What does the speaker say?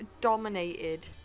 dominated